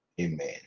Amen